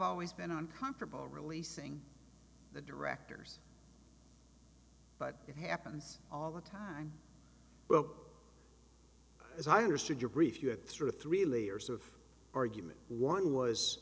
always been uncomfortable releasing the directors but it happens all the time well as i understood your brief you had three to three layers of argument one was